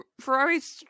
Ferrari's